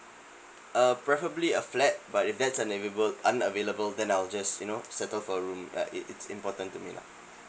uh preferably a flat but if that's unavailable then I'll just you know settle for a room uh it it's important to me lah